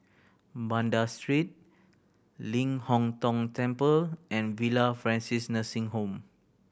Banda Street Ling Hong Tong Temple and Villa Francis Nursing Home